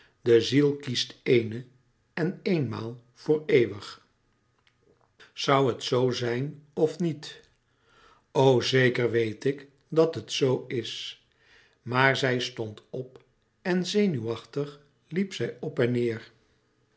de ziel kiest eene en eenmaal voor eeuwig zoû het zoo zijn of niet o zeker wéet ik dat het zoo is maar zij stond op en zenuwachtig liep zij op en neêr